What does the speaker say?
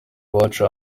iwacu